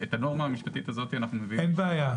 את הנורמה המשפטית הזאת אנחנו מביאים --- אין בעיה,